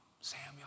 Samuel